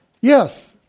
Yes